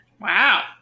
Wow